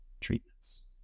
treatments